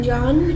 John